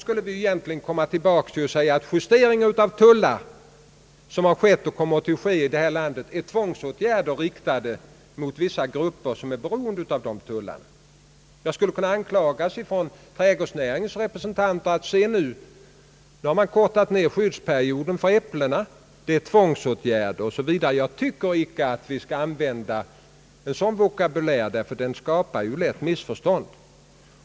Annars måste man ju förklara att alla justeringar av tullar som skett och kommer att ske här i landet är tvångsåtgärder riktade mot vissa grupper som är beroende av dessa tullar. Trädgårdsnäringens representanter skulle kunna anklaga mig för att skyddsperioden när det gäller äpplen har förkortats — det är tvångsåtgärder. Jag tycker inte att vi skall använda en sådan vokabulär. Den skapar lätt missförstånd.